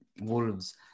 Wolves